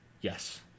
yes